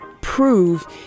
prove